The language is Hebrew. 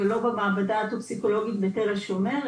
ולא במעבדה טוקסיקולוגית בתל השומר,